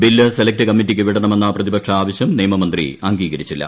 bill select കമ്മിറ്റിക്ക് വിടണമെന്ന പ്രതിപക്ഷ ആവശ്യം നിയമമന്ത്രി അംഗീകരിച്ചില്ല